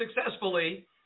successfully